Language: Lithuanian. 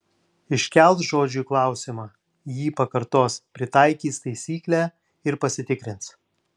iškels žodžiui klausimą jį pakartos pritaikys taisyklę ir pasitikrins